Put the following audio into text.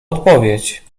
odpowiedź